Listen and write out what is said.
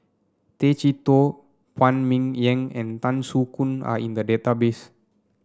Tay Chee Toh Phan Ming Yen and Tan Soo Khoon are in the database